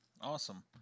Awesome